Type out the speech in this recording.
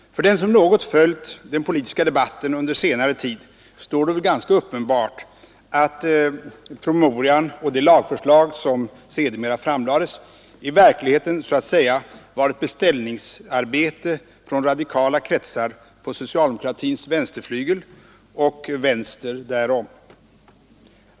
För den som något följt den politiska debatten under senare tid är det väl ganska uppenbart att promemorian och det lagförslag som sedermera framlades i verkligheten så att säga var ett beställningsarbete från radikala kretsar på socialdemokratins vänsterflygel och till vänster därom.